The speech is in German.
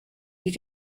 die